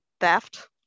theft